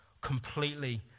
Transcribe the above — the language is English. completely